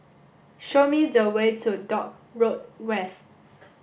show me the way to Dock Road West